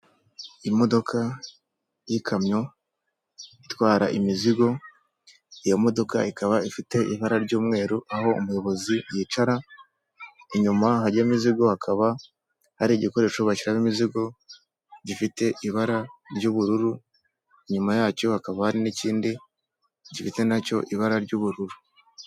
Imodoka y'ikamyo itwara imizigo iyo modoka ikaba ifite ibara ry'umweru aho umuyobozi yicara, inyuma hajya imizigo hakaba hari igikoresho bashyiramo imizigo gifite ibara ry'ubururu, inyuma yacyo hakaba hari n'ikindi gifite na cyo ibara ry'ubururu.